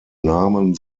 namen